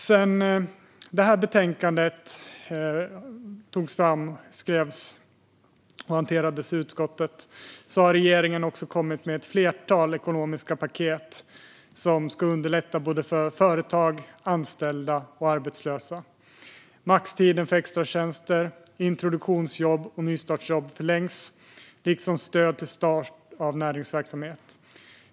Sedan det här betänkandet skrevs och hanterades i utskottet har regeringen kommit med ett flertal ekonomiska paket som ska underlätta för företag, anställda och arbetslösa. Maxtiden för extratjänster, introduktionsjobb och nystartsjobb förlängs, liksom stöd till start av näringsverksamhet.